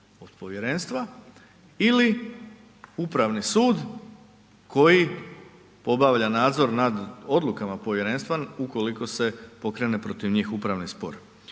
od povjerenstva ili upravni sud koji obavlja nadzor nad odlukama povjerenstva ukoliko se pokrene protiv njih upravni spor.